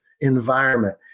environment